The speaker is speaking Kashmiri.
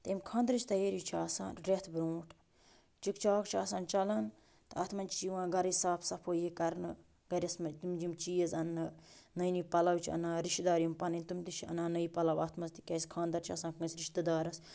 تٔمۍ خانٛدٕرٕچ تیٲری چھِ آسان رٮ۪تھ برونٛٹھ چِکہٕ چاو چھِ آسان چلان تہٕ اَتھ منٛز چھِ یِوان گَرٕچ صاف صفٲیی کرنہٕ گَرَس منٛز تِم یِم چیٖز اَنٛنہٕ نٔے نٔے پَلَو چھِ اَنان رِشتہٕ دار یِم پَنٕنۍ تِم تہِ چھِ اَنان نٔے پَلَو اَتھ منٛز تِکیٛازِ خانٛدَر چھِ آسان کانٛسہِ رِشتہٕ دارَس